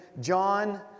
John